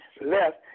left